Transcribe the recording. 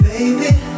Baby